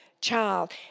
child